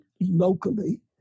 locally